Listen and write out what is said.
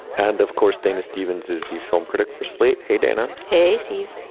and of course, dana stevens is the film critic for slate. hey, dana. hey, steve.